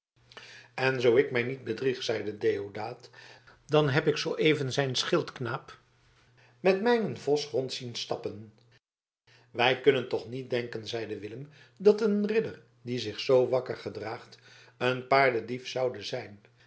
en zoo ik mij niet bedrieg zeide deodaat dan heb ik zooeven zijn schildknaap met mijnen vos rond zien stappen wij kunnen toch niet denken zeide willem dat een ridder die zich zoo wakker gedraagt een paardendief zoude zijn